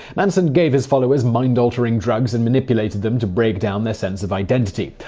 manson gave his followers mind-altering drugs, and manipulated them to break down their sense of identity.